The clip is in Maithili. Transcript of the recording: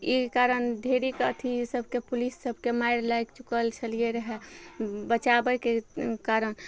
ई कारण ढेरीके अथी सबके पुलिस सबके मारि लागि चुकल छलियै रहय बचाबयके कारण